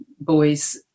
boys